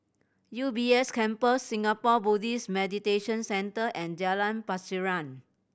U B S Campus Singapore Buddhist Meditation Centre and Jalan Pasiran